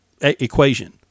equation